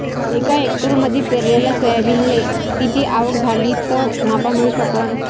एका हेक्टरमंदी पेरलेल्या सोयाबीनले किती आवक झाली तं नफा मिळू शकन?